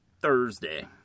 Thursday